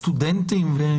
סטודנטים.